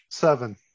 seven